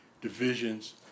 divisions